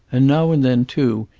and now and then, too,